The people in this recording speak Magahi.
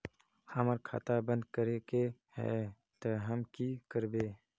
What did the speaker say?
हमर खाता बंद करे के है ते हम की करबे?